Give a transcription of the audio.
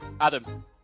adam